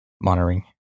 monitoring